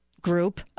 group